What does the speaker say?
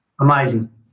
amazing